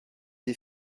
des